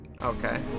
Okay